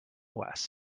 west